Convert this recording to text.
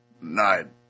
Nine